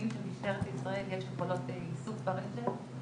של משטרת ישראל יש יכולות איסוף ברשת.